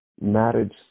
marriage